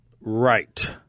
Right